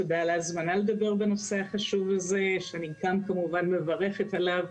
תודה על ההזמנה לדבר בנושא החשוב הזה ואני כמובן מברכת עליו.